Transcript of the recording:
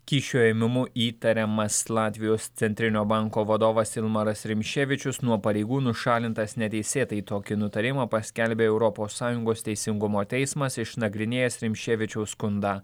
kyšio ėmimu įtariamas latvijos centrinio banko vadovas ilmaras rimšėvičius nuo pareigų nušalintas neteisėtai tokį nutarimą paskelbė europos sąjungos teisingumo teismas išnagrinėjęs rimšėvičiaus skundą